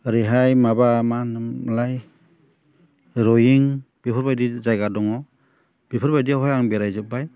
ओरैहाय माबा मा होनोमोनलाय रयिं बेफोरबायदि जायगा दङ बेफोरबायदियावहाय आं बेरायजोबबाय